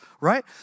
right